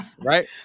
right